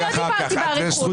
לא דיברתי באריכות.